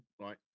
right